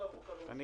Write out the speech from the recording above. צריכה